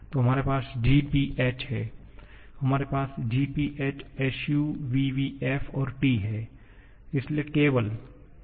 तो हमारे पास G P H है हमारे पास G P H S U V V F और T है